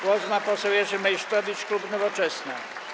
Głos ma poseł Jerzy Meysztowicz, klub Nowoczesna.